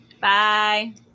Bye